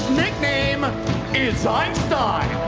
nickname is einstein.